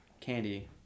candy